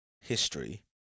history